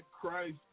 Christ